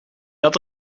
had